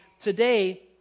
today